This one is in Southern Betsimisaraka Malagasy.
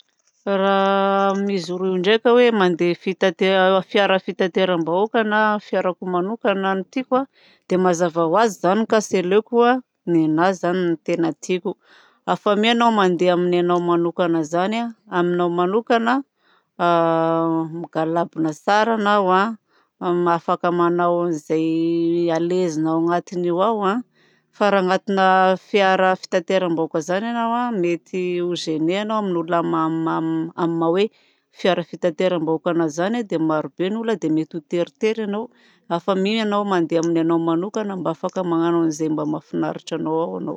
Raha amin'izy roa ndraika hoe mandeha fiara fitateram-bahoaka sa ny fiarako manokana no tiako dia mazava ho azy zany ka tsy aleoko nenà zany tena tiako hafa mi anao mandeaha amin'ny anao manokana. Zany aminao manokana migalabona tsara anao afaka manao izay à l'aise nao agnatiny io ao. Fa raha agnatina fiara fitateram-bahoaka zany anao mety ho géner anao amin'olona ma- amin'ny maha hoe fiara fitateram-bahoaka anazy zany dia marobe ny olona dia mety ho teritery agnao. hafa mi anao mandeha amin'ny anao manokana dia afaka magnano an'izay mba mahafinaritra anao ao ianao.